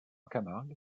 camargue